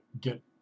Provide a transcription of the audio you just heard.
get